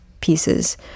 pieces